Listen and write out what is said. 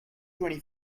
twenty